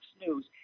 News